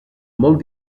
molt